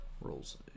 Rolls